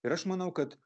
ir aš manau kad